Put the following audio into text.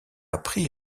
appris